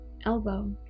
elbow